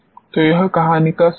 तो यह कहानी का सार है